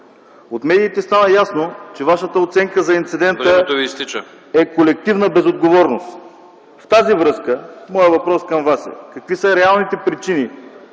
От медиите стана ясно, че Вашата оценка за инцидента е колективна безотговорност. В тази връзка моят въпрос към Вас е: какви са реалните причини,